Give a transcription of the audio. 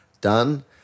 done